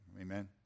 Amen